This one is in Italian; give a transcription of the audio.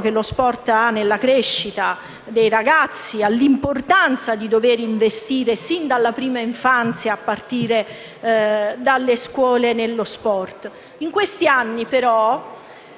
che lo sport ha nella crescita dei ragazzi e all'importanza di dover investire, sin dalla prima infanzia, a partire dalla scuola, nello sport. In questi anni, però,